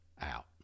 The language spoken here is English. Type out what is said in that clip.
out